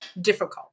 difficult